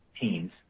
teens